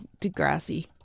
degrassi